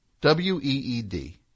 W-E-E-D